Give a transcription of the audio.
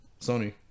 Sony